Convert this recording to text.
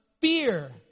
fear